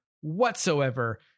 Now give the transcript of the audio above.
whatsoever